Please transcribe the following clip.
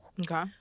Okay